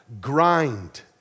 Grind